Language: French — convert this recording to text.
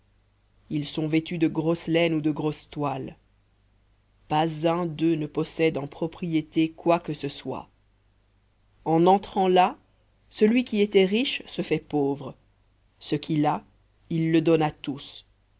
ils sont vêtus de grosse laine ou de grosse toile pas un d'eux ne possède en propriété quoi que ce soit en entrant là celui qui était riche se fait pauvre ce qu'il a il le donne à tous